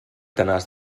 tenaç